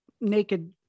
naked